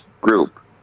group